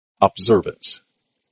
Observance